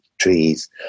trees